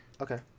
Okay